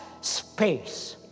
space